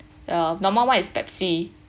uh normal [one] is Pepsi